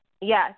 Yes